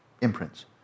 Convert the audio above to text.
imprints